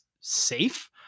safe